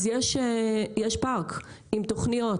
אז יש פארק עם תכניות,